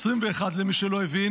2021 למי שלא הבין